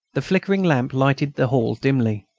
the flickering lamp lighted the hall dimly.